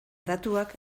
datuak